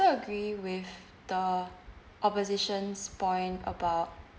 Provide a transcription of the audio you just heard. agree with the opposition's point about